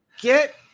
get